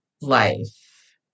life